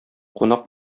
кунак